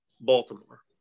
baltimore